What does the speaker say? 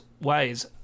ways